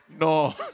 No